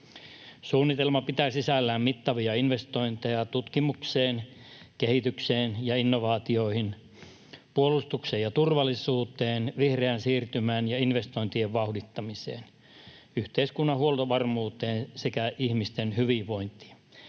Suunnitelma pitää sisällään mittavia investointeja tutkimukseen, kehitykseen ja innovaatioihin, puolustukseen ja turvallisuuteen, vihreään siirtymään ja investointien vauhdittamiseen, yhteiskunnan huoltovarmuuteen sekä ihmisten hyvinvointiin